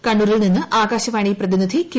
കണ്ണൂരിൽ നിന്ന് ആകാശവാണി പ്രതിനിധി കെ